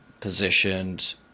positioned